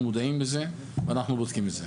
אנחנו מודעים לזה ואנחנו בודקים את זה.